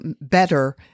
better